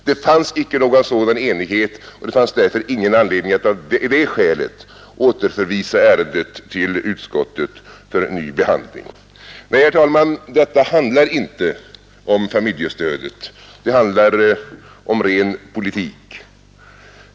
Det fanns icke någon sådan enighet och det fanns därför ingen anledning att av det skälet återförvisa ärendet till utskottet för ny behandling. Nej, herr talman, detta handlar inte om familjestödet; det handlar om ren politik.